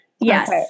Yes